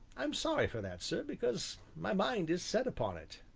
i'm sorry for that, sir, because my mind is set upon it.